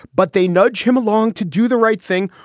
but they nudge him along to do the right thing,